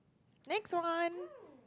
next one